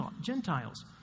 Gentiles